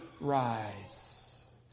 rise